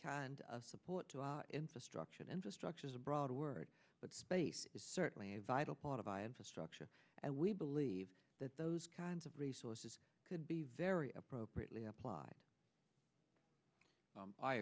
kind of support to infrastructure and infrastructure is a broad word but space is certainly a vital part of our infrastructure and we believe that those kinds of resources could be very appropriately applied